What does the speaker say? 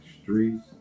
streets